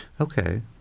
Okay